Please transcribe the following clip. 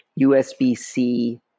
USB-C